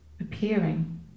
appearing